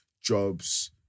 jobs